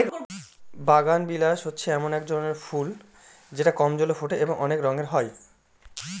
বাগানবিলাস হচ্ছে এক রকমের ফুল যেটা কম জলে ফোটে এবং অনেক রঙের হয়